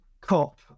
COP